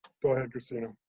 go ahead, kristina.